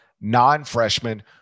non-freshmen